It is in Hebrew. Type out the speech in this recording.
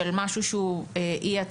של משהו שהוא אי-התאמה,